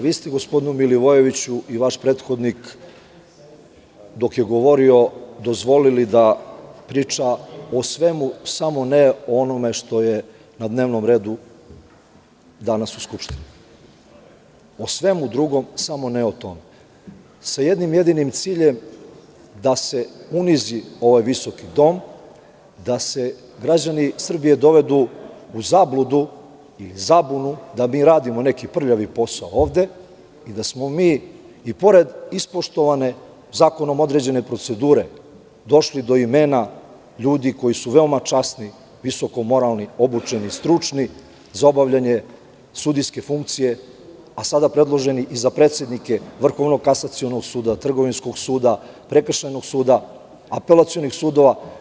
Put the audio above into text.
Vi ste gospodinu Milivojeviću i vaš prethodnik dok je govorio dozvolili da priča o svemu, samo ne o onome što je na dnevnom redu danas u Skupštini, o svemu drugom, samo ne o tome, sa jednim jedinim ciljem - da se unizi ovaj visoki dom, da se građani Srbije dovedu u zabludu i zabunu da mi radimo neki prljavi posao ovde i da smo mi, i pored ispoštovane zakonom određene procedure, došli do imena ljudi koji su veoma časni, visokomoralni, obučeni, stručni za obavljanje sudijske funkcije, a sada predloženi i za predsednike Vrhovnog kasacionog suda, trgovinskog suda, prekršajnog suda, apelacionih sudova.